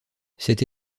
cette